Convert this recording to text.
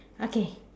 okay